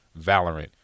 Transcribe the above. Valorant